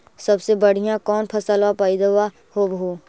सबसे बढ़िया कौन फसलबा पइदबा होब हो?